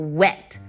wet